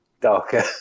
darker